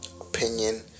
opinion